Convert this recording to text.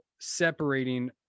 separating